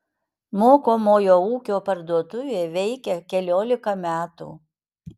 mokomojo ūkio parduotuvė veikia keliolika metų